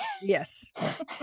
Yes